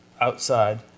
outside